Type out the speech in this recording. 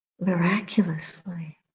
miraculously